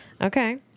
Okay